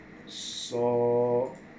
so